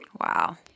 Wow